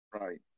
Right